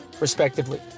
respectively